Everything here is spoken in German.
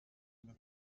immer